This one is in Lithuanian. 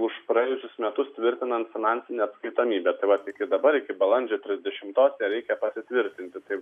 už praėjusius metus tvirtinant finansinę atskaitomybę tai vat iki dabar iki balandžio trisdešimtos ją reikia pasitvirtinti tai